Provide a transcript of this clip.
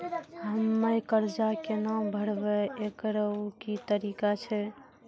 हम्मय कर्जा केना भरबै, एकरऽ की तरीका छै?